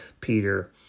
Peter